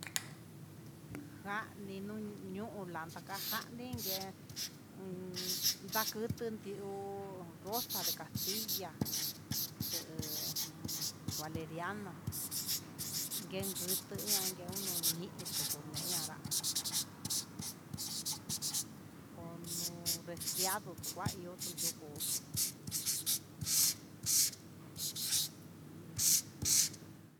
Jan ninu landa janni nuñuni, ingue uun ndakuti'u ti'u, rosa de castilla he jun valeriana, nguen njutu unu níí ituku iin anrá, ono refriado nikuayuu tuyuku.